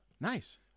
Nice